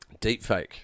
deepfake